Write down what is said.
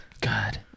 God